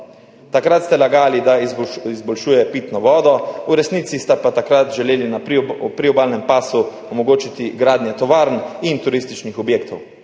Takrat ste lagali, da izboljšuje pitno vodo, v resnici ste pa takrat želeli na priobalnem pasu omogočiti gradnjo tovarn in turističnih objektov